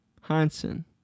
Hansen